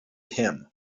him